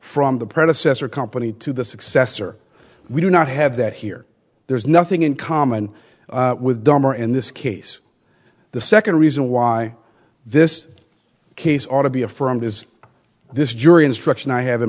from the predecessor company to the successor we do not have that here there's nothing in common with dahmer in this case the second reason why this case ought to be affirmed is this jury instruction i have in